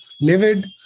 livid